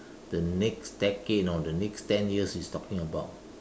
the next decade you know the next ten years is talking about